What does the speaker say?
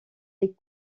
est